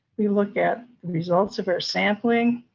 we look at the results of our sampling,